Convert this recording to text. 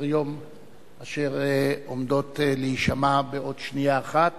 לסדר-היום אשר אמורות להישמע בעוד שנייה אחת,